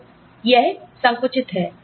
तो यह संकुचित है